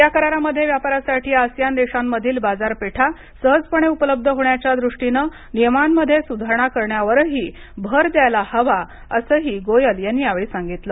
या करारामध्ये व्यापारासाठी आसियान देशांमधील बाजारपेठा सहजपणे उपलब्ध होण्याच्या दृष्टीने नियमांमध्ये सुधारणा करण्यावरही भर द्यायला हवा असं ही गोयल यांनी यावेळी सांगितल